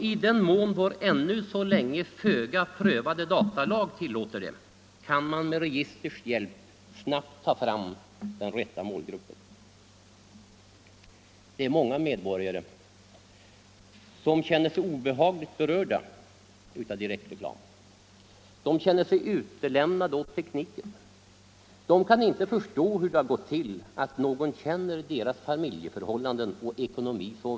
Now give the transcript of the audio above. I den mån vår ännu så länge föga prövade datalag tillåter det kan man med registers hjälp snabbt ta fram den rätta målgruppen. Många medborgare är obehagligt berörda av direktreklam. De känner sig utlämnade åt i2kniken. De kan inte förstå hur det gått till att någon har så god kännedom om deras familjeförhållanden och ekonomi.